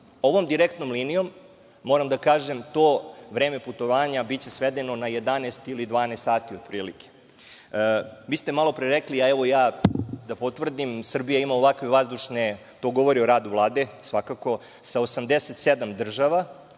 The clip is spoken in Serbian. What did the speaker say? Ovom direktnom linijom to vreme putovanja biće svedeno na 11 ili 12 sati otprilike. Vi ste malopre rekli, a evo ja da potvrdim, Srbija ima ovakve vazdušne, to govori o radu Vlade, svakako, sa 87 država.